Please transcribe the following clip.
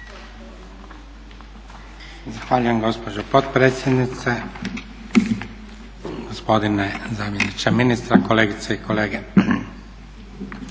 Zahvaljujem gospođo potpredsjednice. Gospodine zamjeniče ministra, kolegice i kolege.